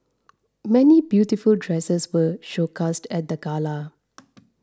many beautiful dresses were showcased at the gala